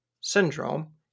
syndrome